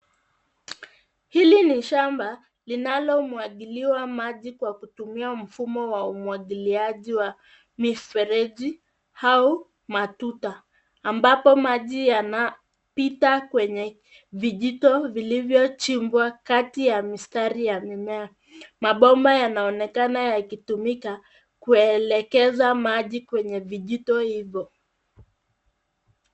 Hili ni shamba linalomwagiliwa maji kwa kutumia mfumo wa umwagiliaji wa mifereji au matuta ambapo maji yanapita kwenye vijito vilivyochimbwa kati ya mistari ya mimea. Mabomba yanaonekana yakitumika kuelekeza maji kwenye vijito hivyo.